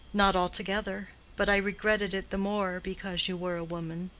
not altogether but i regretted it the more because you were a woman,